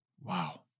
Wow